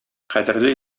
кадерле